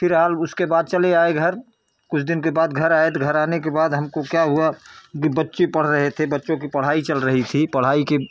फिर हम उसके बाद चले आए घर कुछ दिन के बाद घर आए तो घर आने के बाद हमको क्या हुआ कि बच्चे पढ़ रहे थे बच्चों कि पढ़ाई चल रही थी पढ़ाई के